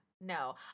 No